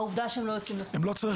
העובדה שהם לא יוצאים לחופשות,